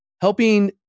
helping